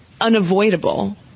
unavoidable